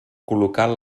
col·locant